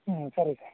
ಹ್ಞೂ ಸರಿ ಸರ್